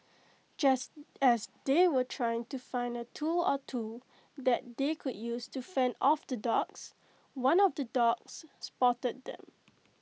just as they were trying to find A tool or two that they could use to fend off the dogs one of the dogs spotted them